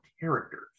characters